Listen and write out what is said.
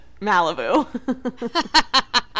Malibu